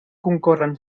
concorren